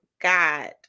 God